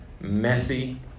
messy